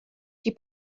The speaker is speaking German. die